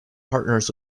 partners